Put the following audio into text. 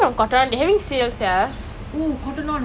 ya ya you got something back up lah